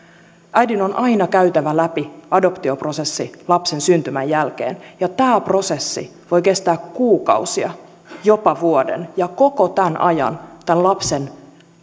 äidin on aina käytävä läpi adoptioprosessi lapsen syntymän jälkeen ja tämä prosessi voi kestää kuukausia jopa vuoden ja koko tämän ajan tämän lapsen